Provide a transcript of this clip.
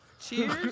Cheers